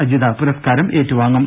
അജിത പുരസ്കാരം ഏറ്റുവാങ്ങും